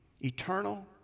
eternal